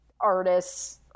artists